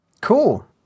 Cool